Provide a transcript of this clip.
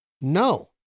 No